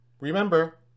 Remember